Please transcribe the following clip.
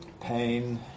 pain